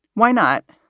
why not?